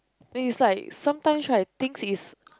is like sometimes try to think is